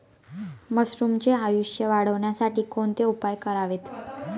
मशरुमचे आयुष्य वाढवण्यासाठी कोणते उपाय करावेत?